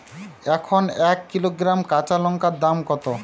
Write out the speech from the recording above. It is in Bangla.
এখন এক কিলোগ্রাম কাঁচা লঙ্কার দাম কত?